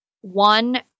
one